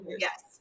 Yes